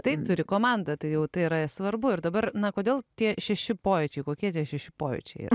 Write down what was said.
tai turi komandą tai jau tai yra svarbu ir dabar na kodėl tie šeši pojūčiai kokie tie šeši pojūčiai